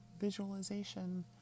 visualization